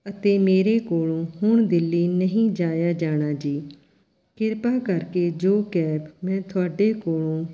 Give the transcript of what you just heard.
ਅਤੇ ਮੇਰੇ ਕੋਲੋਂ ਹੁਣ ਦਿੱਲੀ ਨਹੀਂ ਜਾਇਆ ਜਾਣਾ ਜੀ ਕਿਰਪਾ ਕਰਕੇ ਜੋ ਕੈਬ ਮੈਂ ਤੁਹਾਡੇ ਕੋਲੋਂ